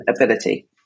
ability